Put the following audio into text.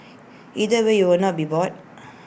either way you will not be bored